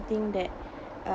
~thing that uh